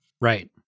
Right